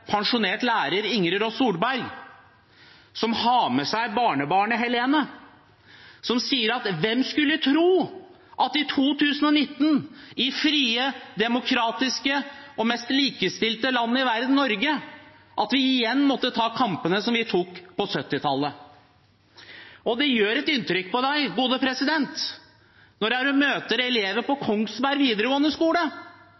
pensjonert lærer Ingrid Ross Solberg, som har med seg barnebarnet Helene, og som sier: Hvem skulle trodd at vi i 2019 – i det frie, demokratiske og mest likestilte land i verden, Norge – igjen må ta kampene som vi tok på 1970-tallet? Det gjør inntrykk på en når en møter elever på